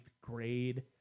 grade